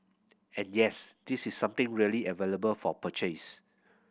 and yes this is something really available for purchase